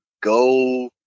go